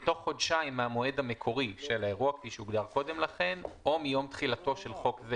בתוך חודשיים מהמועד המקורי או מיום תחילתו של חוק זה,